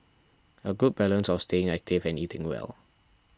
a good balance of staying active and eating well